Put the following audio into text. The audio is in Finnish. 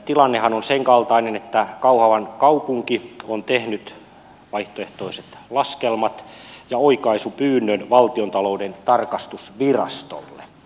tilannehan on senkaltainen että kauhavan kaupunki on tehnyt vaihtoehtoiset laskelmat ja oikaisupyynnön valtiontalouden tarkastusvirastolle